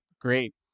great